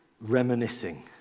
reminiscing